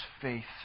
faith